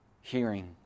Hearing